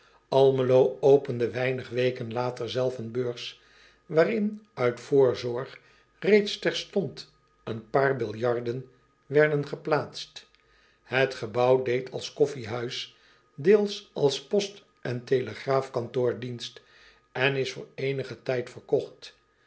lmelo opende weinig weken later zelf een beurs waarin uit voorzorg reeds terstond een paar billarden werden geplaatst et gebouw deed als koffijhuis deels als post en telegraafkantoor dienst en is voor eenigen tijd verkocht